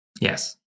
yes